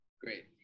Great